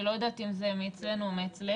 אני לא יודעת אם זה אצלנו או אצלך.